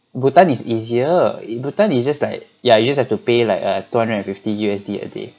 bhutan is easier bhutan is just like ya you just have to pay like err two hundred and fifty U_S_D a day